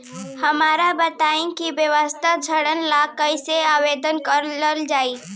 हमरा बताई कि व्यवसाय ऋण ला कइसे आवेदन करल जाई?